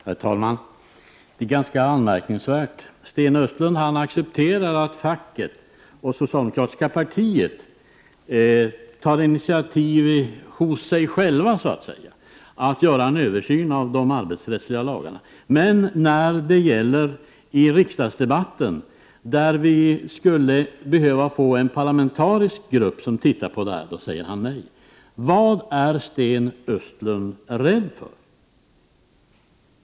Herr talman! Detta är ganska anmärkningsvärt. Sten Östlund accepterar att facket och det socialdemokratiska partiet själva inom rörelsen tar initiativ till en översyn av de arbetsrättsliga lagarna. När det däremot gäller riksdagen, där det skulle behövas en parlamentarisk grupp som undersökte detta, säger han nej. Vad är Sten Östlund rädd för?